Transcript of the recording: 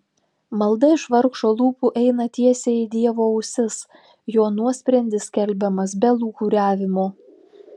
malda iš vargšo lūpų eina tiesiai į dievo ausis jo nuosprendis skelbiamas be lūkuriavimo